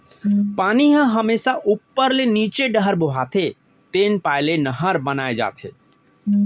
पानी ह हमेसा उप्पर ले नीचे डहर बोहाथे तेन पाय ले नहर बनाए जाथे